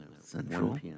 Central